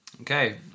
Okay